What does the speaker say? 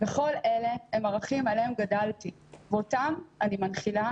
וכל אלה הם ערכים עליהם גדלתי ואותם אני מנחילה